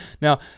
Now